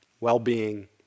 well-being